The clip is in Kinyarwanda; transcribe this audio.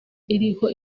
iriho